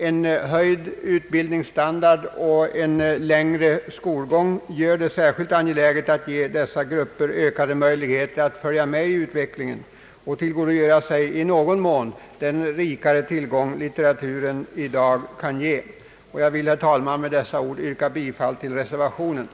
En höjd utbildningsstandard och en längre skolgång gör "det särskilt angeläget att ge dessa grupper ökade möjligheter att följa med i utvecklingen och i någon mån tillgodogöra sig den rikare tillgång till litteratur som finns i dag. Herr talman! Jag vill med dessa ord yrka bifall till reservation nr 16.